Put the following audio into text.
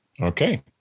Okay